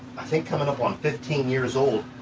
i think coming up on fifteen years old,